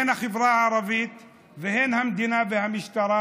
הן החברה הערבית והן המדינה והמשטרה,